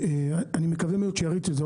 אני מקווה מאוד שיריצו את זה.